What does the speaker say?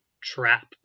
trap